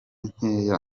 nkeya